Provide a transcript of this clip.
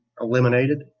eliminated